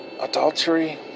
Adultery